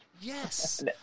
Yes